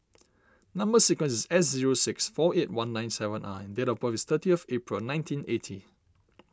Number Sequence is S zero six four eight one nine seven R date of birth is thirty of April nineteen eighty